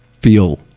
feel